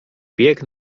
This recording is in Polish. bieg